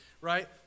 right